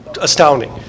astounding